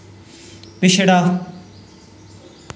पिछड़ा